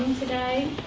today,